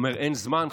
ואומר: אין זמן,